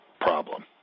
problem